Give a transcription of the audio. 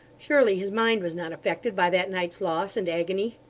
surely his mind was not affected by that night's loss and agony.